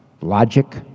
logic